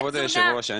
כבוד היושב-ראש,